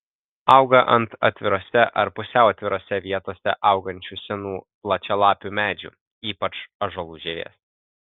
auga ant atvirose ar pusiau atvirose vietose augančių senų plačialapių medžių ypač ąžuolų žievės